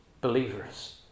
believers